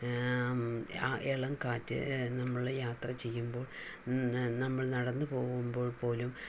ആ ഇളം കാറ്റ് നമ്മൾ യാത്ര ചെയ്യുമ്പോൾ നമ്മൾ നടന്നു പോകുമ്പോൾ പോലും